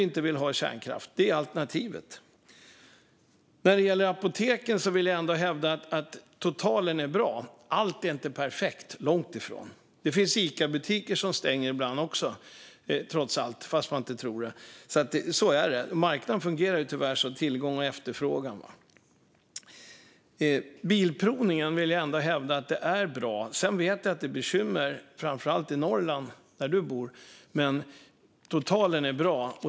Det är alternativen. När det gäller apoteken vill jag ändå hävda att totalen är bra. Allt är inte perfekt - långt ifrån. Det finns trots allt Icabutiker som stänger ibland fast man inte tror det. Så är det. Marknaden fungerar tyvärr så med tillgång och efterfrågan. Bilprovningen fungerar bra, vill jag hävda. Sedan vet jag att det är bekymmer framför allt i Norrland där Birger Lahti bor, men totalen är bra.